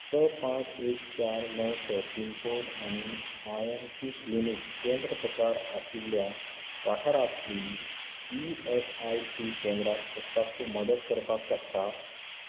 स पांच एक चार णव स पिनकोड आनी आय एम पी क्लिनीक केंद्र प्रकार आशिल्ल्या वाठारांतलीं ई एस आय सी केंद्राक सोदपाक तूं मदत करपाक शकता